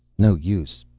no use.